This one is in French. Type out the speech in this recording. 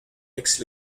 aix